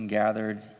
gathered